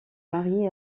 mariée